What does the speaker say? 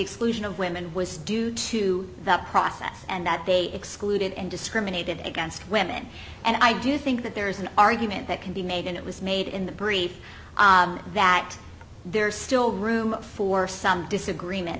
exclusion of women was due to the process and that they excluded and discriminated against women and i do think that there is an argument that can be made and it was made in the brief that there is still room for some disagreement